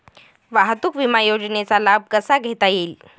वाहतूक विमा योजनेचा लाभ कसा घेता येईल?